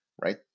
right